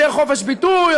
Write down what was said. יותר חופש ביטוי?